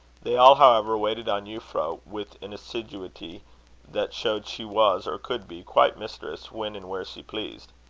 they all, however, waited on euphra with an assiduity that showed she was, or could be, quite mistress when and where she pleased.